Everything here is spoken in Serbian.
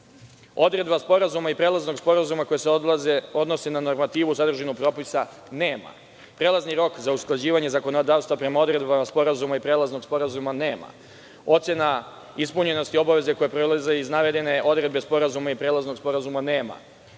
Odredbe sporazuma i prelaznog sporazuma koji se odnose na normativu, sadržinu propisa nema. Prelazni rok za usklađivanje zakonodavstva prema odredbama sporazuma i prelaznog sporazuma nema. Ocena ispunjenosti obaveze koje proizlaze iz navedene odredbe sporazuma i prelaznog sporazuma nema.